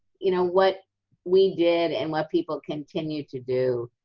you know, what we did and what people continue to do,